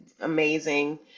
amazing